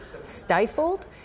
stifled